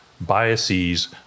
biases